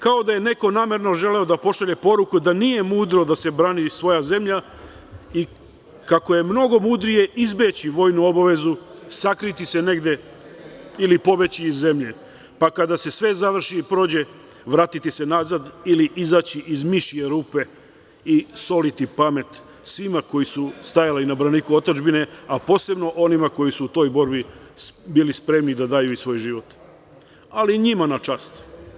Kao, da je neko namerno želeo da pošalje poruku da nije mudro da se brani svoja zemlja i kako je mnogo mudrije izbeći vojnu obavezu, sakriti se negde ili pobeći iz zemlje, pa kada se sve završi i prođe, vratiti se nazad, ili izaći iz mišije rupe i soliti pamet svima koji su stajali na braniku otadžbine, a posebno onima koji su u toj borbi bili spremni da daju i svoj život ali njima na čast.